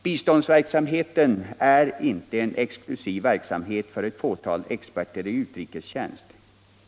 Biståndsverksamheten är inte en exklusiv angelägenhet för ett fåtal experter i utrikestjänst.